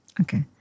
Okay